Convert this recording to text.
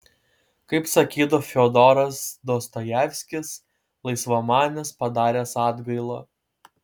kaip sakytų fiodoras dostojevskis laisvamanis padaręs atgailą